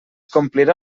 complirà